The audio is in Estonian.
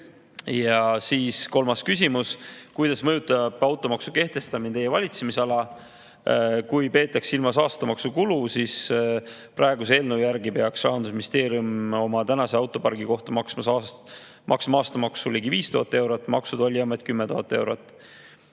heldelt. Kolmas küsimus: "Kuidas mõjutab automaksu kehtestamine Teie valitsemisala?" Kui peetakse silmas aastamaksu kulu, siis praeguse eelnõu järgi peaks Rahandusministeerium oma tänase autopargi kohta maksma aastas ligi 5000 eurot, Maksu- ja Tolliamet 10 000 eurot.